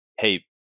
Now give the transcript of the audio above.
hey